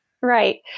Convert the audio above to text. Right